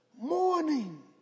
morning